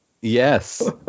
Yes